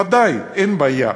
ודאי, אין בעיה.